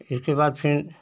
इसके बाद फिर